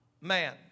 man